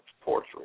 poetry